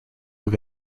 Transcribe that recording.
have